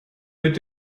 mit